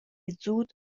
زود